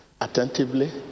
attentively